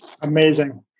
Amazing